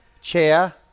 chair